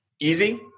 easy